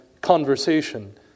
conversation